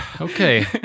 Okay